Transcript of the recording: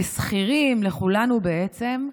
לשכירים, לכולנו בעצם.